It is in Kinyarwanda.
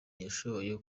yashoboye